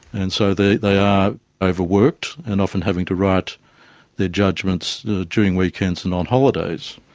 and so they they are overworked and often having to write their judgements during weekends and on holidays.